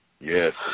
Yes